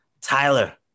Tyler